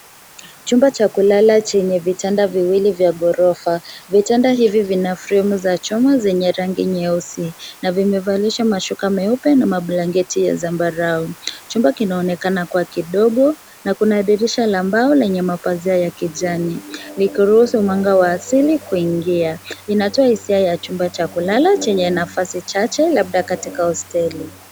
Chumba cha kulala chenye vitanda viwili vya ghorofa. Vitanda hivi vina fremu za chuma zenye rangi nyeusi na vimevalishwa mashuka meupe na mablanketi ya zambarau. Chumba kinaonekana kuwa kidogo na kuna dirisha la mbao lenye mapazia ya kijani, likiruhusu mwanga wa asili kuingia. Inatoa hisia ya chumba cha kulala chenye nafasi chache labda katika hosteli.